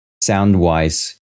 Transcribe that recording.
sound-wise